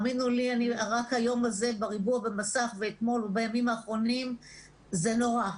אני מתנסה בזה בימים האחרונים וזה פשוט נורא.